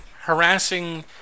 harassing